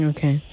Okay